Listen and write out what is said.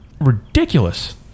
ridiculous